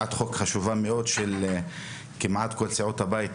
הצעת חוק חשובה מאוד של כל סיעות הבית כמעט,